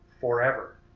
forever